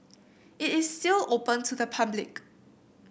it is still open to the public